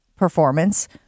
performance